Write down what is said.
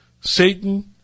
Satan